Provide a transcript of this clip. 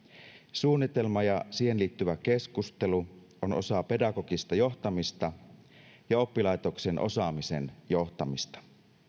suunnitelma ja siihen liittyvä keskustelu on osa pedagogista johtamista ja oppilaitoksen osaamisen johtamista